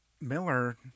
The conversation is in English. Miller